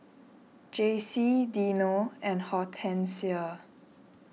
Jacey Dino and Hortensia